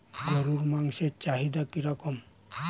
গরুর মাংসের চাহিদা কি রকম?